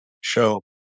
show